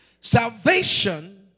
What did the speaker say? Salvation